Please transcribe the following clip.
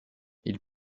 ils